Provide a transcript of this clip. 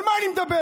על מה אני מדבר?